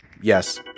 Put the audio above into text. Yes